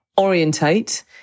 Orientate